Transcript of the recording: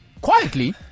Quietly